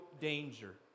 danger